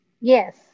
Yes